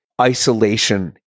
isolation